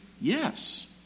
yes